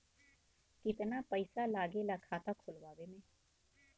कितना पैसा लागेला खाता खोलवावे में?